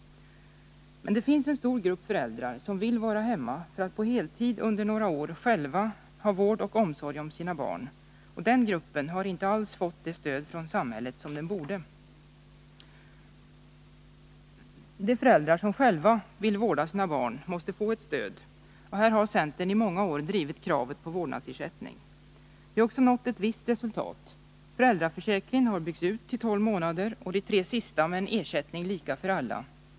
Det finns en stor grupp föräldrar som vill vara hemma för att under några år på heltid själva vårda sina barn. Den gruppen har inte alls fått det stöd från samhället som den borde ha fått. De föräldrar som själva vill vårda sina barn måste få ett stöd, och här har centern i många år drivit kravet på vårdnadsersättning. Vi har också nått ett visst resultat. Föräldraförsäkringen har byggts ut till tolv månader, och de tre sista med en ersättning som är lika för alla.